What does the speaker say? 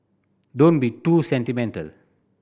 don't be too sentimental